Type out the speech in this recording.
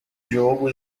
jogo